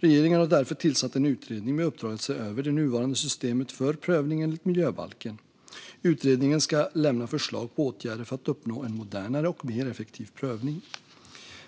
Regeringen har därför tillsatt en utredning med uppdrag att se över det nuvarande systemet för prövning enligt miljöbalken. Utredningen ska lämna förslag på åtgärder för att uppnå en modernare och mer effektiv prövning.